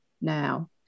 now